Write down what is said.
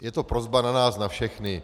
Je to prosba na nás na všechny.